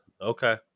Okay